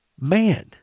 man